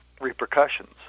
repercussions